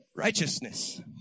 Righteousness